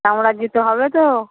চামড়ার জুতো হবে তো